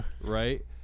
Right